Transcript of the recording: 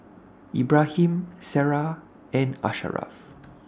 Ibrahim Sarah and Asharaff